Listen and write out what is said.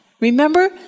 Remember